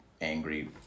angry